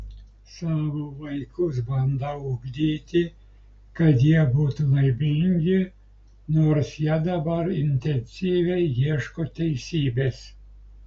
savo vaikus bandau ugdyti kad jie būtų laimingi nors jie dabar intensyviai ieško teisybės